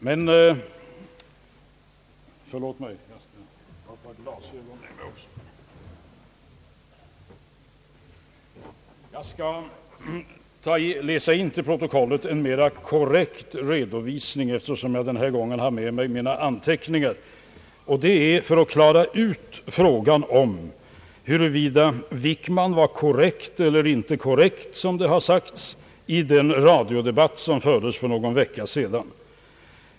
Jag skall läsa in till protokollet en mera korrekt redovisning, eftersom jag den här gången har med mig mina anteckningar, för att klara ut frågan huruvida herr Wickman var korrekt eller inte i den radiodebatt som fördes för någon vecka sedan.